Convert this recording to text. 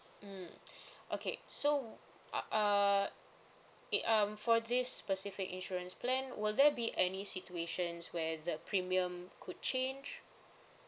mmhmm okay so uh it um for this specific insurance plan will there be any situations where the premium could change